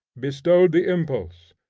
bestowed the impulse,